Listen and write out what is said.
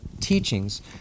teachings